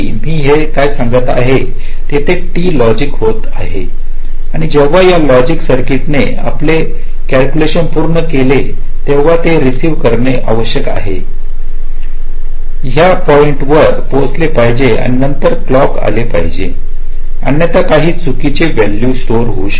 मी हे काय सांगत आहे की तेथे टी लॉजिक डीले होत आहे आणि जेव्हा या लॉजिक सर्किटने आपले कॅल्क्युलेशन पूर्ण केले तेव्हा ते रेसिईव्ह करणे आवश्यक आहे या पॉईंट वर पोहोचले पाहिजे आणि नंतर हे क्लॉकआले पाहिजे अन्यथा काही चुकीची व्हॅल्यू स्टोअर होऊ शकते